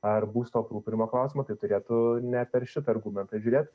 ar būsto aprūpinimo klausimą tai turėtų ne per šitą argumentą žiūrėt